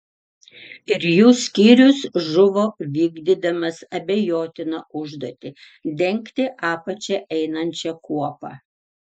ir jų skyrius žuvo vykdydamas abejotiną užduotį dengti apačia einančią kuopą